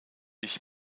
ich